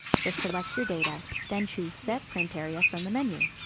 just select your data, then choose set print area from the menu.